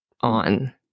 on